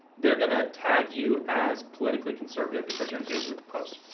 they're gonna tag you as politically conservative because you're engaging with the post.